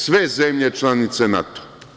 Sve zemlje članice NATO.